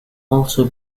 also